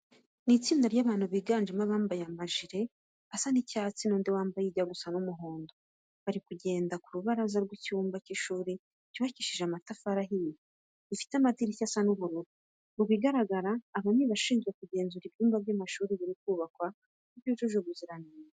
Ni itsinda ry'abantu biganjemo abambaye amajire asa icyatsi n'undi wambaye ijya gusa umuhondo. Bari kugenda mu rubaraza rw'icyumba cy'ishuri cyubakishije amatafari ahiye, gifite amadirishya asa ubururu. Mu bigaragara aba ni abashizwe kugenzura ko ibi byumba by'amashuri biri kubakwa byujuje ubuziranenge.